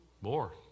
more